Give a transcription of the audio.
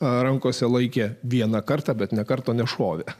rankose laikė vieną kartą bet nė karto nešovė